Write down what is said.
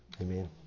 Amen